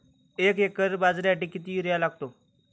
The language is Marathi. एक एकर बाजरीसाठी किती युरिया लागतो?